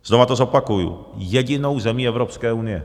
Znova to zopakuji jedinou zemí Evropské unie.